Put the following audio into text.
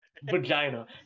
vagina